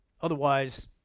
Otherwise